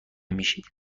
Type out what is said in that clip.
میشید